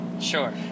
Sure